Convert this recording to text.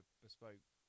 bespoke